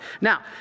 Now